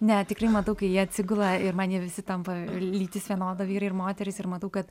ne tikrai matau kai jie atsigula ir man jie visi tampa lytis vienoda vyrai ir moterys ir matau kad